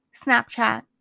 Snapchat